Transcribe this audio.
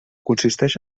consisteix